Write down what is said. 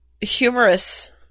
humorous